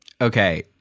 Okay